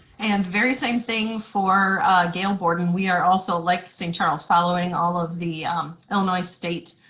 and very same thing for gail borden. we are also, like st. charles, following all of the um illinois state